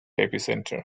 epicenter